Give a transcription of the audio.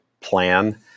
plan